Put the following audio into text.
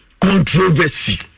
controversy